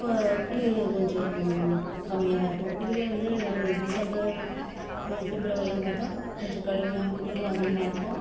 கோ குளிர் கொஞ்சோம் கம்மியாக தான் இருக்கும் இதுவே வந்து டிசம்பர் ஃபிப்ரவரிக்கும் பார்த்தா கொஞ்சோம் கடுமையாக குளிரும் அதிகமாக இருக்கும்